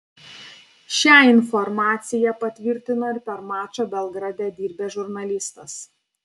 šią informacija patvirtino ir per mačą belgrade dirbęs žurnalistas